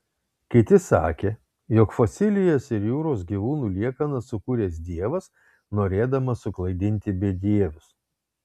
kiti sakė jog fosilijas ir jūros gyvūnų liekanas sukūręs dievas norėdamas suklaidinti bedievius